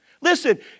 Listen